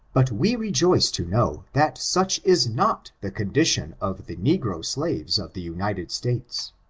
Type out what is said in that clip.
but we rejoice to know that such is not the con dition of the negro slaves of the united states.